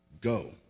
go